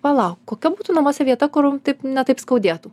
palau kokia būtų namuose vieta kur taip ne taip skaudėtų